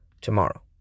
tomorrow